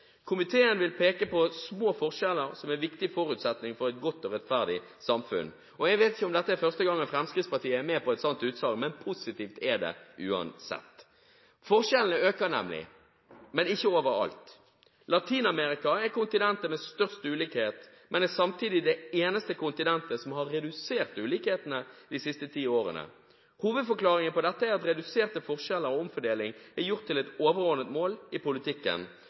komiteen «vil peke på små forskjeller som en viktig forutsetning for et godt og rettferdig samfunn». Jeg vet ikke om dette er første gangen Fremskrittspartiet er med på et slikt utsagn – men positivt er det uansett. Forskjellene øker, nemlig, men ikke overalt. Latin-Amerika er kontinentet med størst ulikhet, men er samtidig det eneste kontinentet som har redusert ulikhetene de siste ti årene. Hovedforklaringen på dette er at reduserte forskjeller og omfordeling er gjort til et overordnet mål i politikken.